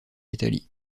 italie